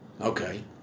Okay